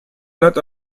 not